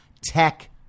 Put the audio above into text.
tech